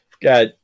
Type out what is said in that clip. got